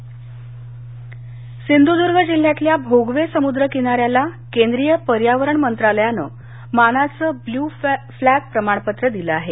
सिंधुद्ग सिंधूदर्ग जिल्ह्यातल्या भोगवे समुद्र किनाऱ्याला केंद्रीय पर्यावरण मंत्रालयानं मानाचं ब्लू फ्ला प्रमाणपत्र दिलं आहे